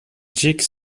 jake